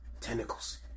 tentacles